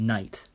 Night